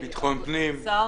-- אוצר